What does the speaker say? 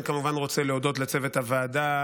אני כמובן רוצה להודות לצוות הוועדה,